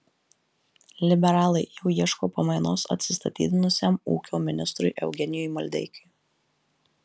liberalai jau ieško pamainos atsistatydinusiam ūkio ministrui eugenijui maldeikiui